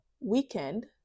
weekend